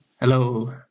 Hello